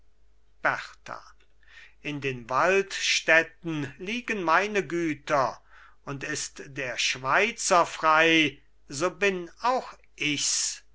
berta in den waldstätten liegen meine güter und ist der schweizer frei so bin auch ich's